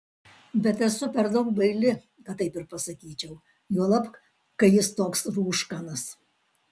bet esu per daug baili kad taip ir pasakyčiau juolab kai jis toks rūškanas